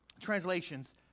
translations